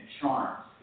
charms